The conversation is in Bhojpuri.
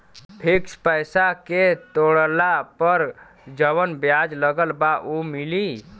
फिक्स पैसा के तोड़ला पर जवन ब्याज लगल बा उ मिली?